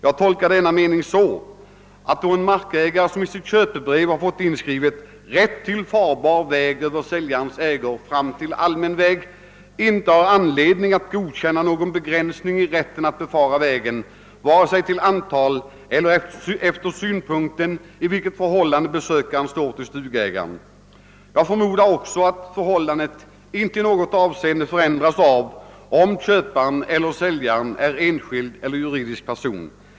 Jag tolkar det så, att den markägare som i sitt köpebrev har fått inskrivet »rätt till farbar väg över säljarens ägor fram till allmän väg» inte har anledning att godkänna någon begränsning i rätten att befara vägen, vare sig till antal eller efter synpunkten i vilket förhållande besökaren står till stugägaren. Jag förmodar också att förhållandet inte i något avseende förändras av om köparen eller säljaren är enskild eller juridisk person.